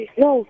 no